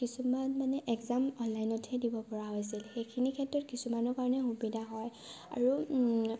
কিছুমান মানে একজাম অনলাইনতহে দিব পৰা হৈছিল সেইখিনি ক্ষেত্ৰত কিছুমানৰ কাৰণে সুবিধা হয় আৰু